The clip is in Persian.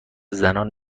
زنان